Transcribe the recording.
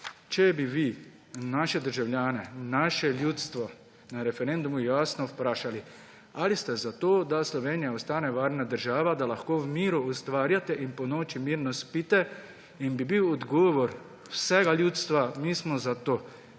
če bi naše državljane, naše ljudstvo na referendumu jasno vprašali: Ali ste za to, da Slovenija ostane varna država, da lahko v miru ustvarjate in ponoči mirno spite? In bi bil odgovor vsega ljudstva: Mi smo za to,